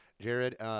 Jared